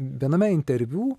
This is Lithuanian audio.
viename interviu